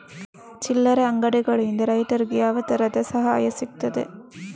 ಚಿಲ್ಲರೆ ಅಂಗಡಿಗಳಿಂದ ರೈತರಿಗೆ ಯಾವ ತರದ ಸಹಾಯ ಸಿಗ್ತದೆ?